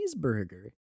cheeseburger